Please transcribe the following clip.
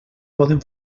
poden